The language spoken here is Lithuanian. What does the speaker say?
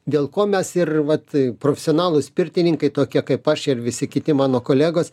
dėl ko mes ir vat profesionalūs pirtininkai tokie kaip aš ir visi kiti mano kolegos